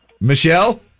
Michelle